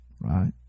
right